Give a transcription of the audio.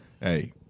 Hey